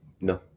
No